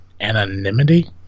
anonymity